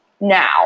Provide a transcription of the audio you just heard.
now